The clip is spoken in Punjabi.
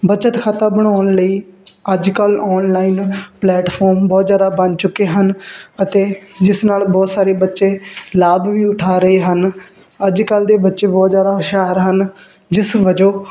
ਬੱਚਤ ਖਾਤਾ ਬਣਾਉਣ ਲਈ ਅੱਜ ਕੱਲ੍ਹ ਆਨਲਾਈਨ ਪਲਲੈਟਫਾਰਮ ਬਹੁਤ ਜ਼ਿਆਦਾ ਬਣ ਚੁੱਕੇ ਹਨ ਅਤੇ ਜਿਸ ਨਾਲ ਬਹੁਤ ਸਾਰੇ ਬੱਚੇ ਲਾਭ ਵੀ ਉਠਾ ਰਹੇ ਹਨ ਅੱਜ ਕੱਲ੍ਹ ਦੇ ਬੱਚੇ ਬਹੁਤ ਜ਼ਿਆਦਾ ਹੁਸ਼ਿਆਰ ਹਨ ਜਿਸ ਵਜੋਂ